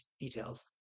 details